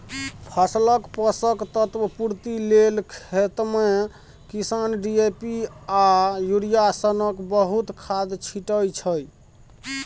फसलक पोषक तत्व पुर्ति लेल खेतमे किसान डी.ए.पी आ युरिया सनक बहुत खाद छीटय छै